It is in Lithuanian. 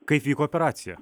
kaip vyko operacija